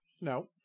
No